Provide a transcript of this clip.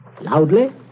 Loudly